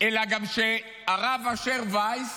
אלא גם שהרב אשר וייס